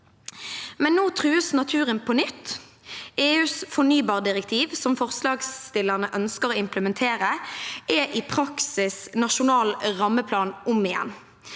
Men nå trues naturen på nytt. EUs fornybardirektiv, som forslagsstillerne ønsker å implementere, er i praksis nasjonal rammeplan om igjen.